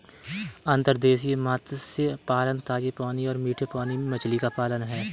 अंतर्देशीय मत्स्य पालन ताजे पानी और मीठे पानी में मछली का पालन है